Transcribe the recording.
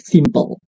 Simple